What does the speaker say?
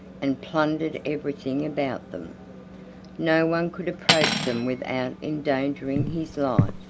and plundered everything about them no one could approach them without endangering his life.